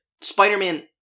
Spider-Man